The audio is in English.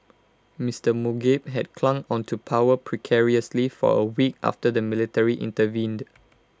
Mister Mugabe had clung on to power precariously for A week after the military intervened